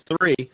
three